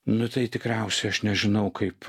nu tai tikriausiai aš nežinau kaip